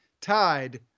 tied